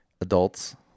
adults